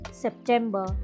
September